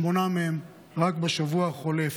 שמונה מהם רק בשבוע החולף.